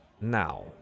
Now